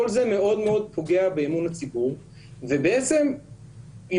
כל זה מאוד מאוד פוגע באמון הציבור ובעצם יותר